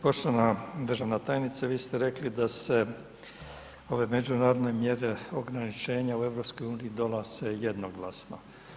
Poštovana državna tajnice, vi ste rekli da se ove međunarodne mjere, ograničenje u EU donose jednoglasno.